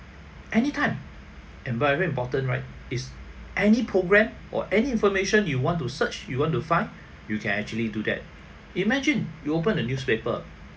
anytime and very important right is any program or any information you want to search you want to find you can actually do that imagine you open a newspaper